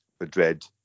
Madrid